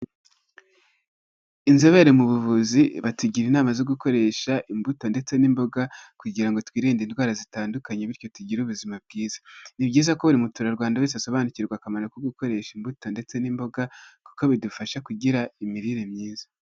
Inzobere mu buvuzi batugira inama zo gukoresha imbuto ndetse n'imboga kugira ngo twirinde indwara zitandukanye bityo tugire ubuzima bwiza, ni byiza ko buri muturarwanda wese asobanukirwa akamaro ko gukoresha imbuto ndetse n'imboga kuko bidufasha kugira imirire myiza.